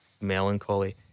melancholy